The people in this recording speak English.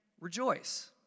rejoice